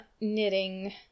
knitting